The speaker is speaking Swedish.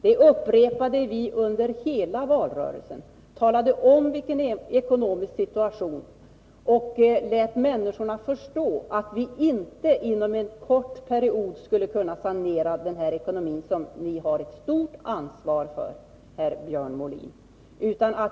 Detta upprepade vi under hela valrörelsen; vi talade om vilken ekonomisk situation vi hade och lät människorna förstå att vi inte inom en snar framtid skulle kunna sanera denna ekonomi, som ni bär ett stort ansvar för, herr Molin.